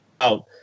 out